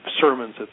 sermons